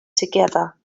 together